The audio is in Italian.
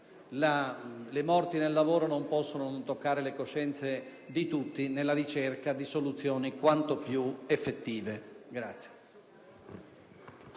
le morti sul lavoro non possono non toccare le coscienze di tutti, nella ricerca di soluzioni quanto più effettive.